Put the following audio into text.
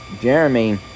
Jeremy